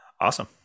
Awesome